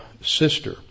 sister